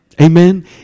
Amen